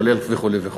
כולל וכו' וכו'.